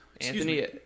Anthony